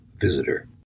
visitor